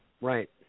Right